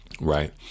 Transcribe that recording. Right